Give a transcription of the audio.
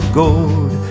gold